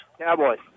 Cowboys